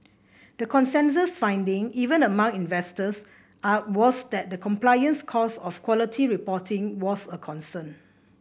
the consensus finding even among investors are was that the compliance costs of quality reporting was a concern